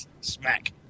Smack